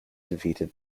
defeated